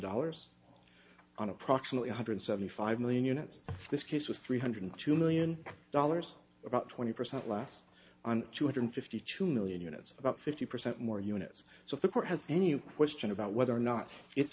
dollars on approximately one hundred seventy five million units this case was three hundred two million dollars about twenty percent less on two hundred fifty two million units about fifty percent more units so if the court has a new question about whether or not it